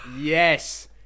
Yes